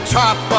top